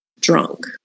drunk